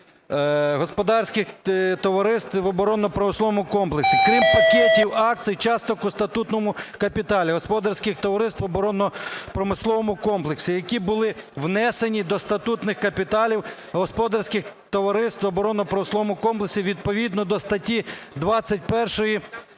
крім пакетів акцій, часток у статутному капіталі господарських товариств в оборонно-промисловому комплексі, які були внесені до статутних капіталів господарських товариств в оборонно-промисловому комплексі відповідно до статті 21